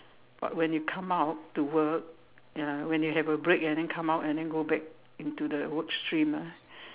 but when you come out to work ya when you have a break and then come out and then go back into the work stream ah